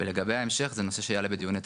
ולגבי ההמשך זה נושא שיעלה בדיוני תקציב.